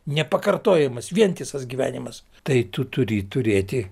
nepakartojamas vientisas gyvenimas tai tu turi turėti